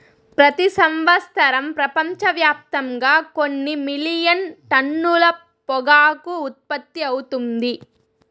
ప్రతి సంవత్సరం ప్రపంచవ్యాప్తంగా కొన్ని మిలియన్ టన్నుల పొగాకు ఉత్పత్తి అవుతుంది